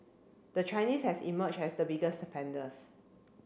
the Chinese has emerged as the biggest spenders